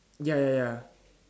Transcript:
ya ya ya